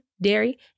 dairy